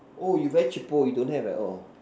oh you very cheapo you don't have at all